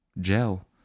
gel